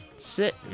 Sit